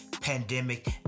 pandemic